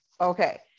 Okay